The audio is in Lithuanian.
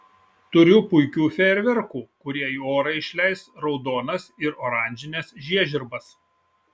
turiu puikių fejerverkų kurie į orą išleis raudonas ir oranžines žiežirbas